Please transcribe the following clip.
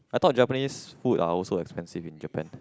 I thought Japanese food are also expensive in Japan